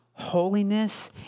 holiness